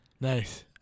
nice